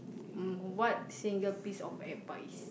mm what single piece of advice